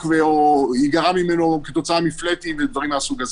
ו/או ייגרע ממנו כתוצאה מפלטים ודברים מהסוג הזה.